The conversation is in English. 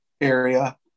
area